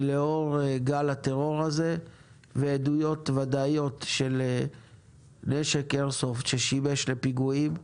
ולאור גל הטרור הזה ועדויות ודאיות של נשק איירסופט ששימש לפיגועים,